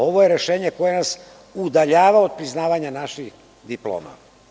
Ovo je rešenje koje nas udaljava od priznavanja naših diploma.